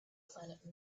planet